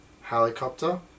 helicopter